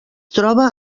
troba